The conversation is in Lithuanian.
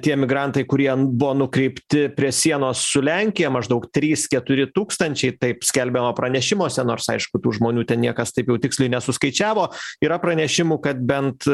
tie emigrantai kurie buvo nukreipti prie sienos su lenkija maždaug trys keturi tūkstančiai taip skelbiama pranešimuose nors aišku tų žmonių ten niekas taip jau tiksliai nesuskaičiavo yra pranešimų kad bent